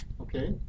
okay